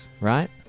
right